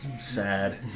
sad